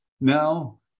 now